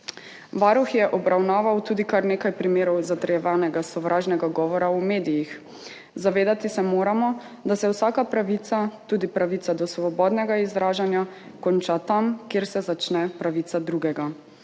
Varuh je obravnaval tudi kar nekaj primerov zatrjevanega sovražnega govora v medijih. Zavedati se moramo, da se vsaka pravica, tudi pravica do svobodnega izražanja, konča tam, kjer se začne pravica drugega,